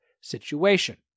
situation